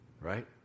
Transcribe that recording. right